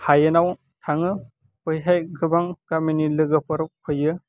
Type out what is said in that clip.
हायेनाव थाङो बैहाय गोबां गामिनि लोगोफोर फैयो